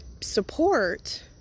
support